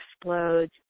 explodes